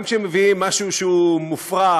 גם כשמביאים משהו שהוא מופרך,